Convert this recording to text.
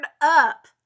up